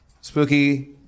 spooky